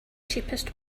cheapest